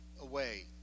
away